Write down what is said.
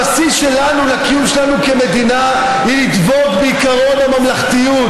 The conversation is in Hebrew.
הבסיס לקיום שלנו כמדינה הוא לדבוק בעקרון הממלכתיות,